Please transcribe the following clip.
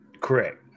correct